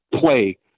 play